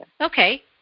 Okay